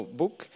book